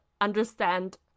understand